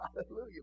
Hallelujah